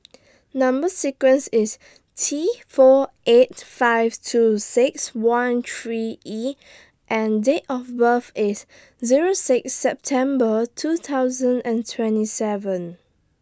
Number sequence IS T four eight five two six one three E and Date of birth IS Zero six September two thousand and twenty seven